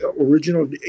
original